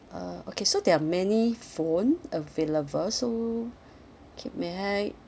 uh okay so there are many phone available so okay may I